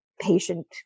patient